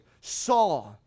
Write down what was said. saw